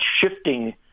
shifting